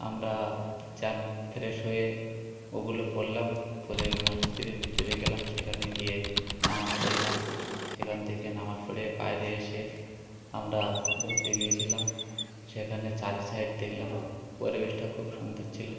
আমরা স্নান ফ্রেশ হয়ে ওগুলো পরলাম পরে মসজিদের ভিতরে গেলাম সেখানে গিয়ে নামাজ পড়লাম সেখান থেকে নামাজ পড়ে বাইরে এসে আমরা ঘুরতে গিয়েছিলাম সেখানে চার সাইড দেখলাম পরিবেশটা খুব সুন্দর ছিল